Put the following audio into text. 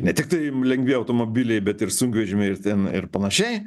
ne tiktai lengvi automobiliai bet ir sunkvežimiai ir ten ir panašiai